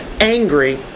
angry